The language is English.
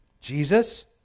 Jesus